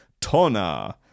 Tona